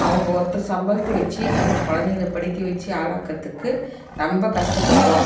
அவங்க ஒருத்தர் சம்பளத்தை வெச்சு நாங்கள் குழந்தைங்கள படிக்க வெச்சு ஆளாக்கிறத்துக்கு ரொம்ப கஷ்டப்பட்டோம்